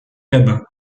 gabin